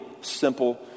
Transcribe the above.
simple